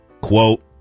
Quote